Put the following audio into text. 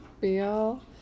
feel